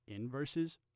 inverses